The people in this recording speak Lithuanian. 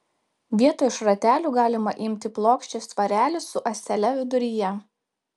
vietoj šratelių galima imti plokščią svarelį su ąsele viduryje